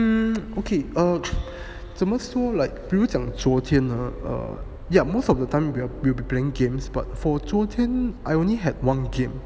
mm okay err 怎么说 like 比如讲昨天 hor yeah most of the time we're we'll be playing games but for 昨天